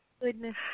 goodness